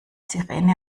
sirene